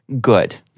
Good